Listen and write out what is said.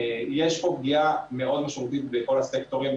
יש פה פגיעה מאוד משמעותית בכל הסקטורים,